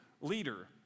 leader